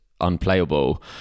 unplayable